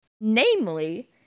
Namely